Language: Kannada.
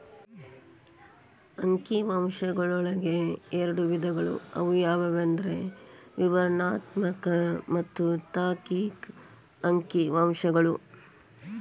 ಅಂಕಿ ಅಂಶಗಳೊಳಗ ಎರಡ್ ವಿಧಗಳು ಅವು ಯಾವಂದ್ರ ವಿವರಣಾತ್ಮಕ ಮತ್ತ ತಾರ್ಕಿಕ ಅಂಕಿಅಂಶಗಳು